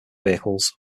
vehicles